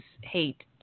hate